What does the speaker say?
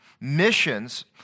Missions